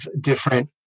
different